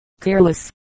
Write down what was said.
careless